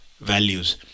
values